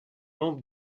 membre